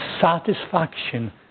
satisfaction